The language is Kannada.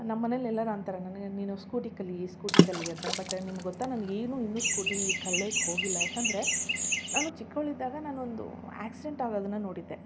ನಮ್ಮ ಮನೆಯಲ್ಲಿ ಎಲ್ಲರು ಅಂತಾರೆ ನನಗೆ ನೀನು ಸ್ಕೂಟಿ ಕಲಿ ಸ್ಕೂಟಿ ಕಲಿ ಅಂತಾರೆ ಬಟ್ ನಿಮ್ಗ ಗೊತ್ತ ನನ್ಗ ಏನು ಇನ್ನು ಸ್ಕೂಟಿ ಕಲಿಯೋಕೆ ಹೋಗಿಲ್ಲ ಯಾಕಂದರೆ ನಾನು ಚಿಕ್ಕವಳಿದ್ದಾಗ ನಾನು ಒಂದು ಆ್ಯಕ್ಸಿಡೆಂಟ್ ಆಗೋದನ್ನ ನೋಡಿದ್ದೆ